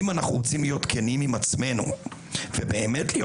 אם אנחנו רוצים להיות כנים עם עצמנו ובאמת להיות